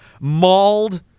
mauled